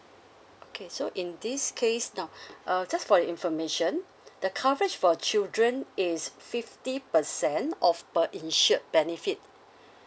okay so in this case now uh just for your information the coverage for children is fifty percent of per insured benefit